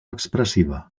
expressiva